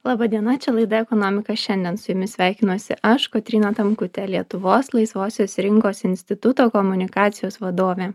laba diena čia laida ekonomika šiandien su jumis sveikinuosi aš kotryna tamkutė lietuvos laisvosios rinkos instituto komunikacijos vadovė